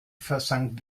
versank